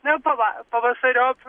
na pava pavasariop